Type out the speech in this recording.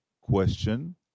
question